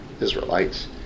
Israelites